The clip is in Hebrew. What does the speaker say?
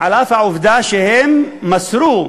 על אף העובדה שהם מסרו,